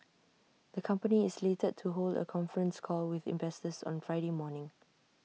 the company is slated to hold A conference call with investors on Friday morning